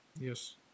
Yes